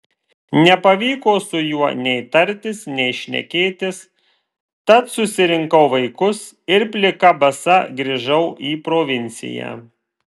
nepavyko su juo nei tartis nei šnekėtis tad susirinkau vaikus ir plika basa grįžau į provinciją